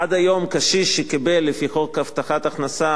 עד היום קשיש שקיבל גמלה לפי חוק הבטחת הכנסה,